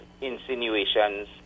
insinuations